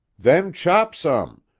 then chop some!